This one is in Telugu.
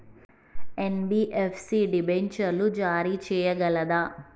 ఎన్.బి.ఎఫ్.సి డిబెంచర్లు జారీ చేయగలదా?